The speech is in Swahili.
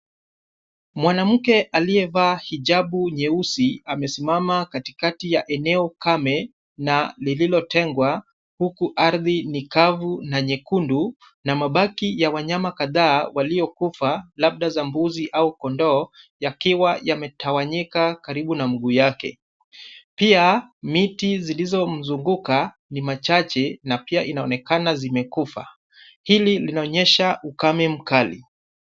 Mwanamke aliyevaa hijabu nyeusi amesimama katikati ya eneo kame na lililotengwa, huku ardhi ni ni kavu na nyekundu, na mabaki ya wanyama kadhaa waliokufa labda za mbuzi au kondoo yakiwa yametawanyika karibu na mguu yake. Pia miti zilizomzunguka ni machache na pia inaonekana zimekufa. Hili linaonyesha ukame mkali.